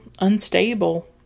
unstable